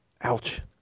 ouch